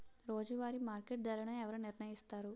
రోజువారి మార్కెట్ ధరలను ఎవరు నిర్ణయిస్తారు?